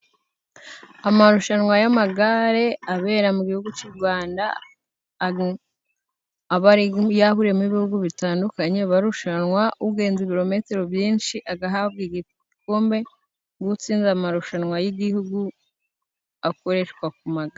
Amarushanwa y'amagare abera mu gihugu cy'u Rwanda aba yahuriyemo ibihugu bitandukanye barushanwa. Ugenze ibirometero byinshi agahabwa igikombe, utsinze amarushanwa y'igihugu akoreshwa ku magare.